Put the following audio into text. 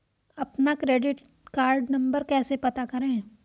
अपना credit card number कैसे पता करें?